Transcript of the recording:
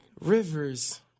Rivers